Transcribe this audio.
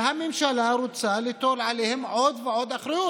והממשלה רוצה להטיל עליהן עוד ועוד אחריות.